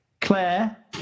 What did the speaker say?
claire